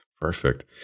perfect